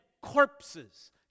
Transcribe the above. corpses